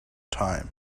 time